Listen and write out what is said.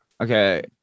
Okay